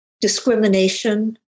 discrimination